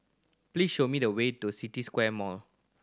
please show me the way to City Square Mall